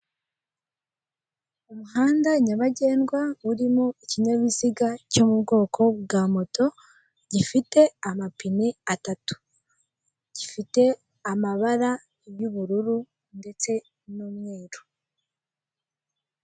Inyubako y'amagorofa yo kwiyakiriramo na none itanga amacumbi yo kuraramo, hari ahantu h'uruganiriro hari amahema hejuru ya hari ubusitani impande zose.